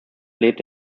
lebt